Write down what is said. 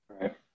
Right